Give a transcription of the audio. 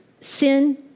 sin